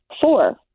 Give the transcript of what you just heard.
four